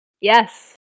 Yes